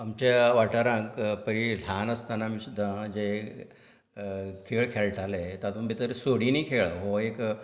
आमच्या वाठारांत पयलीं ल्हान आसतना आमी सद्दां जे खेळ खेळटाले तातूंत भितर सोडिनी खेळ हो एक